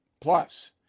plus